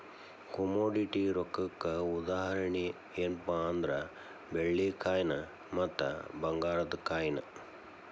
commodity ರೊಕ್ಕಕ್ಕ ಉದಾಹರಣಿ ಯೆನ್ಪಾ ಅಂದ್ರ ಬೆಳ್ಳಿ ಕಾಯಿನ್ ಮತ್ತ ಭಂಗಾರದ್ ಕಾಯಿನ್